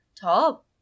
top